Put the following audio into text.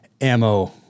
ammo